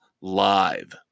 live